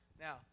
Now